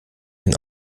den